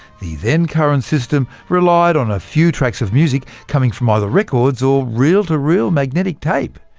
the then-current system relied on a few tracks of music coming from either records or reel-to-reel magnetic tape.